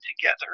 together